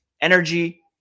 energy